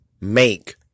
make